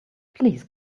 please